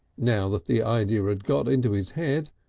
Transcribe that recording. now that the idea had got into his head,